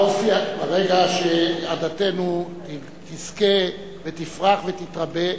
ברגע שעדתנו תזכה, תפרח ותתרבה,